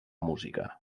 música